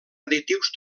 additius